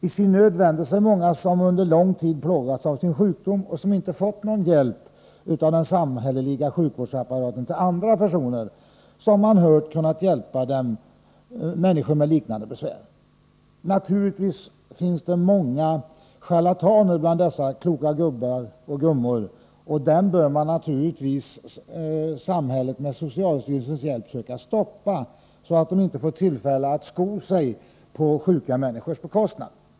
In i sin nöd vänder sig många som under lång tid plågats av sin sjukdom — och som inte fått någon hjälp av den samhälleliga sjukvårdsapparaten — till andra personer, som man hört kunnat hjälpa människor med liknande besvär. Naturligtvis finns det många charlataner bland dessa ”kloka gubbar och gummor” , och dem bör naturligtvis samhället med socialstyrelsens hjälp söka stoppa, så att de inte får tillfälle att sko sig på sjuka människors bekostnad.